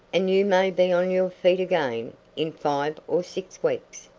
and you may be on your feet again in five or six weeks.